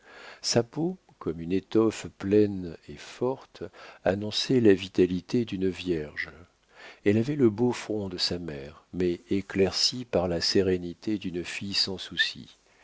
sa peau comme une étoffe pleine et forte annonçait la vitalité d'une vierge elle avait le beau front de sa mère mais éclairci par la sérénité d'une fille sans soucis